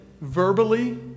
verbally